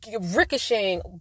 ricocheting